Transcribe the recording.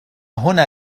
هنا